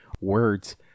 Words